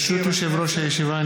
ברשות יושב-ראש הישיבה,